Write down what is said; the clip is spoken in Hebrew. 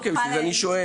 אוקיי, בשביל זה אני שואל.